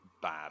bad